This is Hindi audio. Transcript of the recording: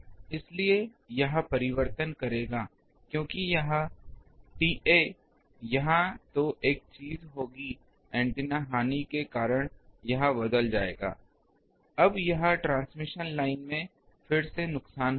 इसलिए यह परिवर्तन करेगा क्योंकि यह TA यहाँ तो एक चीज होगी एंटीना हानि के कारण यह बदल जाएगा अब यहां ट्रांसमिशन लाइन में फिर से नुकसान होगा